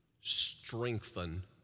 strengthen